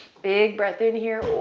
big breath in here,